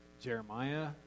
Jeremiah